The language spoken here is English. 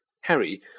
Harry